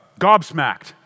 gobsmacked